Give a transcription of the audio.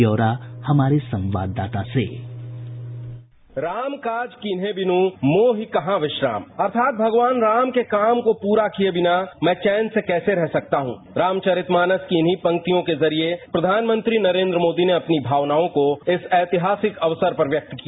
ब्यौरा हमारे संवाददाता से साउंड बाईट राम काज कीन्हे बिनु मोहि कहां विश्राम अर्थात भगवान राम के काम के पूरा किये बिना मैं कैसे चौन से रह सकता हूं रामचरित मानस की इन्ही पंक्तियों के जरिये प्रधानमंत्री नरेन्द्र मोदी ने अपनी भावनाओं को इस ऐतिहासिक अवसर पर व्यक्त किया